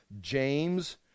James